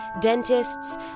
dentists